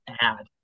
add